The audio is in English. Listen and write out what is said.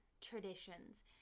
traditions